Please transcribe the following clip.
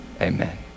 Amen